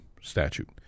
statute